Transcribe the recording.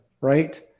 right